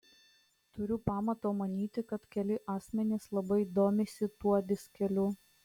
turiu pamato manyti kad keli asmenys labai domisi tuo diskeliu